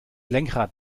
lenkrad